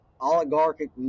oligarchic